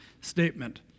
statement